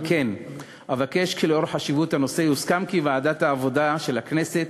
על כן אבקש כי לאור חשיבות הנושא יוסכם כי ועדת העבודה של הכנסת